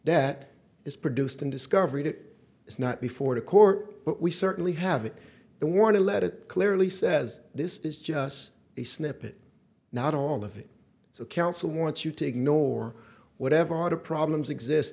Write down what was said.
that is produced and discovered it is not before the court but we certainly have it the want to let it clearly says this is just a snippet not all of it so counsel wants you to ignore whatever lot of problems exist